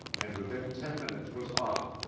and within ten minutes was off,